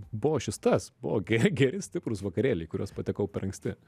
buvo šis tas buvo geri geri stiprūs vakarėliai kuriuos patekau per anksti